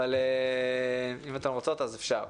אבל אם אתן רוצות אז אפשר.